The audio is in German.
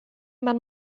man